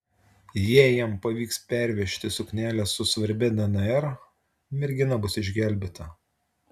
jei jam pavyks pervežti suknelę su svarbia dnr mergina bus išgelbėta